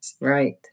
Right